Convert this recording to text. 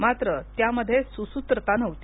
मात्र त्यात सुसूत्रता नव्हती